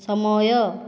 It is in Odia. ସମୟ